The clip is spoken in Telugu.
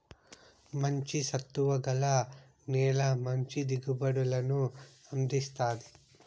మంచి సత్తువ గల నేల మంచి దిగుబడులను అందిస్తాది